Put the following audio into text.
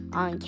on